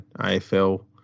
AFL